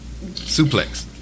Suplex